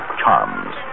charms